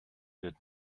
wird